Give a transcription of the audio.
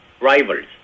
rivals